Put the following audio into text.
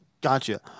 Gotcha